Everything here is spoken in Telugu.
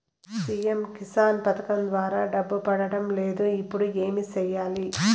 సి.ఎమ్ కిసాన్ పథకం ద్వారా డబ్బు పడడం లేదు ఇప్పుడు ఏమి సేయాలి